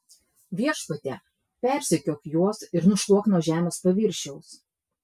viešpatie persekiok juos ir nušluok nuo žemės paviršiaus